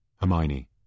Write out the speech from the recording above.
Hermione